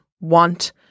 want